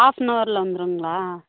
ஹாஃப்னவரில் வந்துடுங்களா